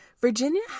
Virginia